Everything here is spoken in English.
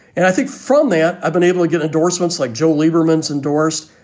and i think from that, i've been able to get endorsements like joe lieberman's endorsed,